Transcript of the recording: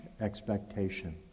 expectation